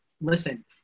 listen